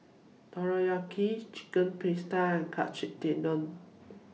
Takoyaki Chicken Pasta and Katsu Tendon